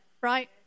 right